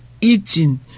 eating